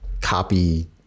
copy